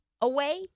away